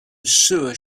sewer